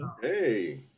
Hey